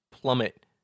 plummet